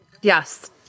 Yes